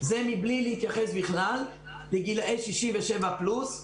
זה מבלי להתייחס בכלל לגילאי 67 פלוס,